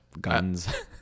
Guns